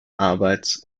arbeits